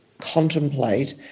contemplate